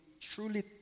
truly